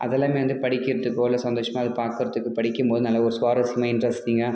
அதெல்லாமே வந்து படிக்கிறதுக்கோ இல்லை சந்தோஷமாக அது பார்க்குறதுக்கு படிக்கும் போது நல்ல ஒரு சுவாரசியமாக இன்ட்ரஸ்டிங்காக